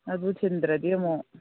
ꯑꯗꯨ ꯊꯤꯟꯗ꯭ꯔꯗꯤ ꯑꯃꯨꯛ